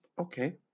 okay